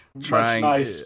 Trying